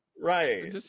Right